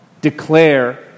declare